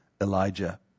Elijah